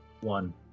one